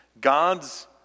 God's